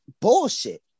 bullshit